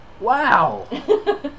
Wow